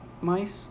mice